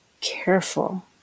careful